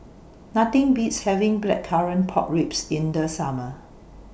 Nothing Beats having Blackcurrant Pork Ribs in The Summer